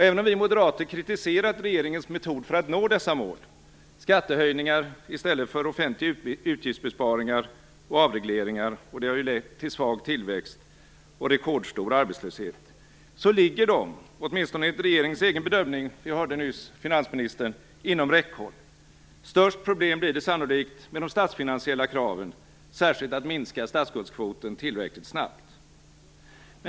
Även om vi moderater kritiserat regeringens metod för att nå dessa mål - skattehöjningar i stället för offentliga utgiftsbesparingar och avregleringar, vilket lett till svag tillväxt och rekordstor arbetslöshet - ligger de, åtminstone enligt regeringens egen bedömning - vi hörde nyss finansministern - inom räckhåll. Störst problem blir det sannolikt med de statsfinansiella kraven, särskilt att minska statsskuldskvoten tillräckligt snabbt.